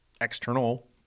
external